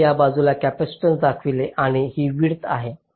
तर मी या बाजूला कपॅसिटीन्स दाखवते आणि ही विड्थ आहे